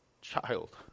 child